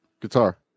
guitar